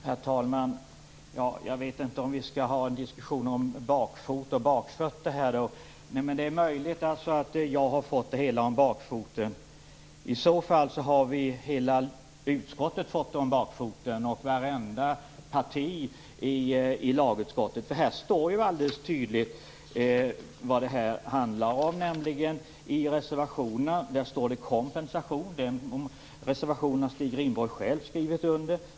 Herr talman! Jag vet inte om vi skall diskutera bakfötter här. Det är möjligt att jag har fått det hela om bakfoten. I så fall har vartenda parti i lagutskottet fått det om bakfoten. Det står alldeles tydligt vad det handlar om. I reservationen står det "kompensation". Den reservationen har Stig Rindborg själv skrivit under.